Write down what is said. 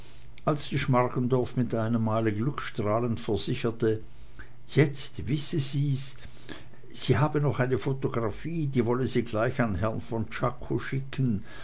als die schmargendorf mit einem male glückstrahlend versicherte jetzt wisse sie's sie habe noch eine photographie die wolle sie gleich an herrn von czako schicken